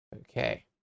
okay